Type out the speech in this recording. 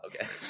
Okay